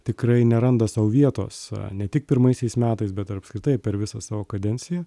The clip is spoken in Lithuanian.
tikrai neranda sau vietos ne tik pirmaisiais metais bet ir apskritai per visą savo kadenciją